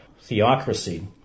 theocracy